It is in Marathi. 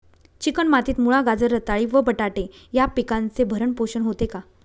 चिकण मातीत मुळा, गाजर, रताळी व बटाटे या पिकांचे भरण पोषण होते का?